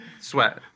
Sweat